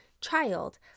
child